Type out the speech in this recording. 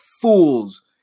fools